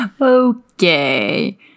okay